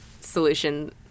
solution